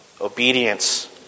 Obedience